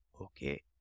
okay